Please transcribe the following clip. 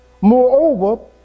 Moreover